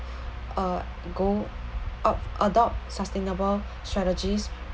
uh go ou~ adopt sustainable strategies